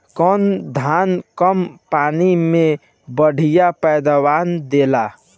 कौन धान कम पानी में बढ़या पैदावार देला?